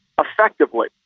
effectively